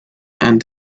and